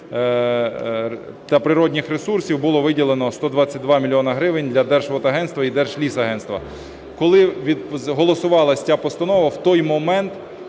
та природних ресурсів було виділено 122 мільйони гривень для Держводагентства і Держлісагентства. Коли голосувалася ця постанова, в той момент